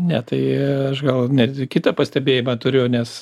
ne tai aš gal net kitą pastebėjimą turiu nes